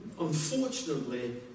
Unfortunately